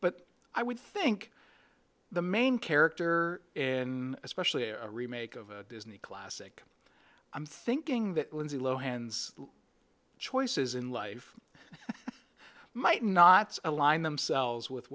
but i would think the main character and especially a remake of a disney classic i'm thinking that lindsay lohan's choices in life might not align themselves with